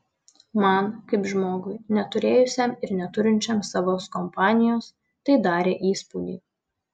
man kaip žmogui neturėjusiam ir neturinčiam savos kompanijos tai darė įspūdį